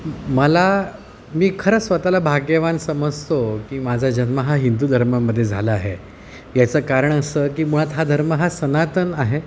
मला मी खरं स्वत ला भाग्यवान समजतो की माझा जन्म हा हिंदू धर्मामध्ये झाला आहे याचं कारण असं की मुळात हा धर्म हा सनातन आहे